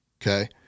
Okay